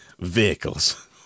vehicles